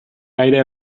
gaire